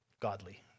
godly